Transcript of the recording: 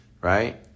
right